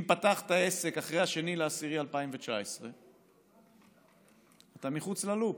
אם פתחת עסק אחרי 2 באוקטובר 2019 אתה מחוץ ללופ,